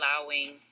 allowing